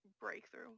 breakthrough